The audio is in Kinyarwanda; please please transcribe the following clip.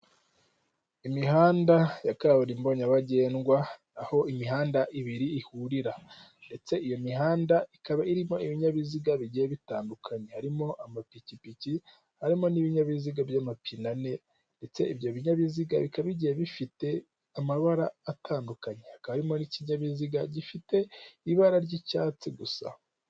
Imihanda ya kaburimbo nyabagendwa aho imihanda ibiri ihurira ndetse iyo mihanda ikaba irimo ibinyabiziga bigiye bitandukanye. Harimo amapikipiki, harimo n'ibinyabiziga by'amapine ane ndetse ibyo binyabiziga bikaba bigiye bifite amabara atandukanye hakaba harimo n'ikinyabiziga gifite ibara ry'icyatsi gusa.